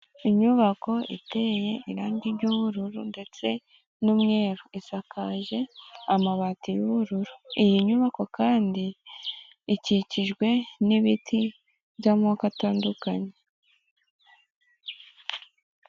Inyubako iteye irangi ry'ubururu ndetse n'umweru, isakaje amabati y'ubururu, iyi nyubako kandi ikikijwe n'ibiti by'amoko atandukanye.